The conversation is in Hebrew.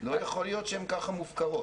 לא יכול להיות שהן ככה מופקרות.